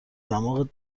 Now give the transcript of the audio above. دماغت